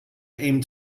aim